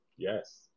yes